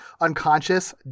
unconscious